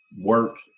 work